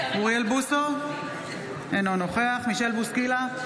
אוריאל בוסו, אינו נוכח מישל בוסקילה,